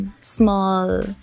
small